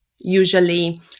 Usually